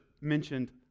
mentioned